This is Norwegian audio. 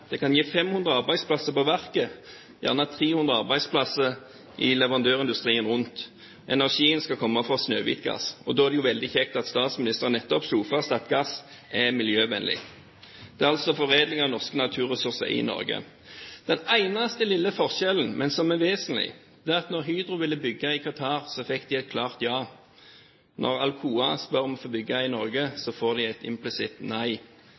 Det kan gi 500 arbeidsplasser på verket og gjerne 300 arbeidsplasser i leverandørindustrien rundt. Energien skal komme fra Snøhvit-gass. Da er det jo veldig kjekt at statsministeren nettopp slo fast at gass er miljøvennlig. Det er altså foredling av norske naturressurser i Norge. Den eneste lille forskjellen, men som er vesentlig, er at da Hydro ville bygge i Qatar, fikk de et klart ja. Når Alcoa spør om å få bygge i Norge, får det et implisitt nei.